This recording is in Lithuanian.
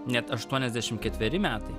net aštuoniasdešim ketveri metai